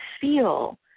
feel